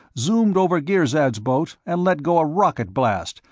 zoomed over girzad's boat, and let go a rocket blast,